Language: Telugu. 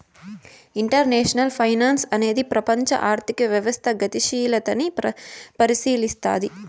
ఇంటర్నేషనల్ ఫైనాన్సు అనేది ప్రపంచం ఆర్థిక వ్యవస్థ గతిశీలతని పరిశీలస్తది